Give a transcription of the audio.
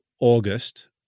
August